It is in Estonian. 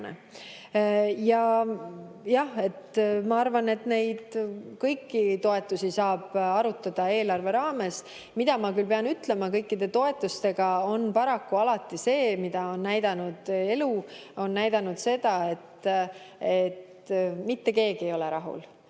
Jah, ma arvan, et neid kõiki toetusi saab arutada eelarve raames. Seda ma pean küll ütlema, et kõikide toetustega on paraku alati nii, nagu elu on näidanud, et mitte keegi ei ole rahul.